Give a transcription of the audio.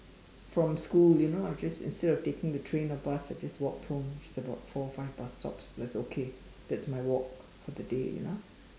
from school you know I just instead of taking the train or bus I just walked home it's about four five bus stops that's okay that's my walk for the day you know